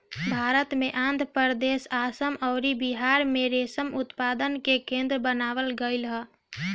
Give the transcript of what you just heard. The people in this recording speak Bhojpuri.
भारत में आंध्रप्रदेश, आसाम अउरी बिहार में रेशम उत्पादन के केंद्र बनावल गईल ह